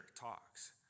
talks